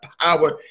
power